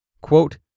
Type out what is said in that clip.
Quote